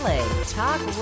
Talk